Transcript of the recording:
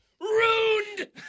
Ruined